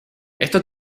estos